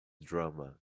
drama